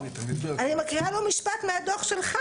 אני מקריאה לו משפט מהדו"ח שלך,